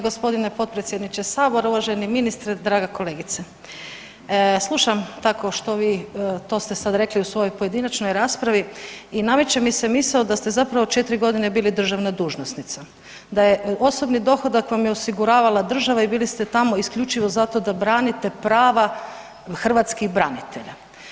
Poštovani gospodine potpredsjedniče sabora, uvaženi ministre, draga kolegice, slušam tako što vi to ste sada rekli u svojoj pojedinačnoj raspravi i nameće mi se misao da ste zapravo 4 godine bili državna dužnosnica, da je osobni dohodak vam je osiguravala država i bili ste tamo isključivo zato da branite prava hrvatskih branitelja.